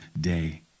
day